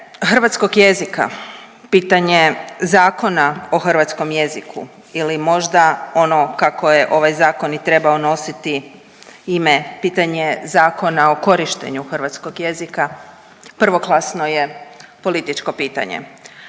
hrvatskog jezika, pitanje Zakona o hrvatskom jeziku, je li možda ono kako je ovaj Zakon i trebao nositi ime, pitanje zakona o korištenju hrvatskog jezika, prvoklasno je političko pitanje.